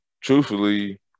truthfully